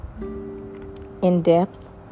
in-depth